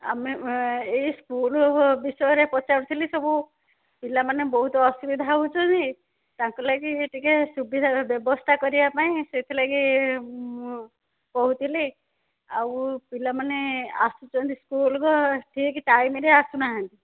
ଆମେ ଏଇ ସ୍କୁଲ୍ର ବିଷୟରେ ପଚାରୁଥିଲି ସବୁ ପିଲାମାନେ ବହୁତ ଅସୁବିଧା ହେଉଛନ୍ତି ତାଙ୍କ ଲାଗି ଟିକିଏ ସୁବିଧାର ବ୍ୟବସ୍ଥା କରିବା ପାଇଁ ସେଥିଲାଗି ମୁଁ କହୁଥିଲି ଆଉ ପିଲାମାନେ ଆସୁଛନ୍ତି ସ୍କୁଲ୍କୁ ଠିକ୍ ଟାଇମ୍ରେ ଆସୁ ନାହାନ୍ତି